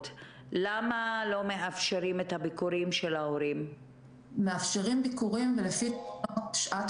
החל מהיום שהתחיל הסיפור של הקורונה הם אפילו המשיכו לעבוד גם בשעות